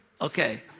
Okay